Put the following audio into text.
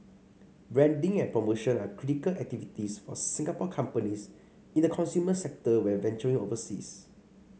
branding and promotion are critical activities for Singapore companies in the consumer sector when venturing overseas